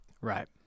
Right